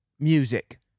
Music